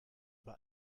über